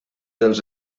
dels